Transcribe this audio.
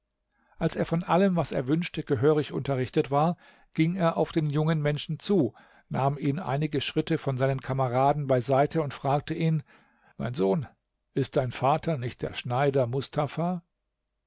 als er von allem was er wünschte gehörig unterrichtet war ging er auf den jungen menschen zu nahm ihn einige schritte von seinen kameraden beiseite und fragte ihn mein sohn ist dein vater nicht der schneider mustafa